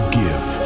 give